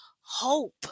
hope